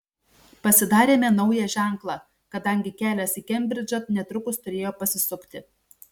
pasidarėme naują ženklą kadangi kelias į kembridžą netrukus turėjo pasisukti